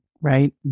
right